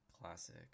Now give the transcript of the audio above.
classic